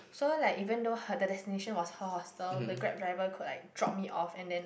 so like even though her the destination was her hostel the Grab driver could like drop me off and then